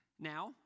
Now